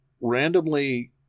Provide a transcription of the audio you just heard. randomly